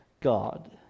God